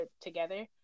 together